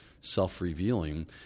self-revealing